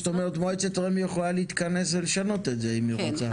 זאת אומרת מועצת רמ"י יכולה להתכנס ולשנות את זה אם היא רוצה.